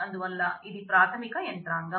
అందువల్ల ఇది ప్రాథమిక యంత్రాంగం